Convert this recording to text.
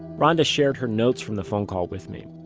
ronda shared her notes from the phone call with me.